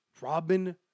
Robin